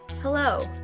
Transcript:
Hello